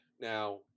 Now